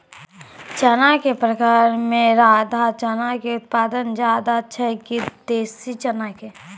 चना के प्रकार मे राधा चना के उत्पादन ज्यादा छै कि देसी चना के?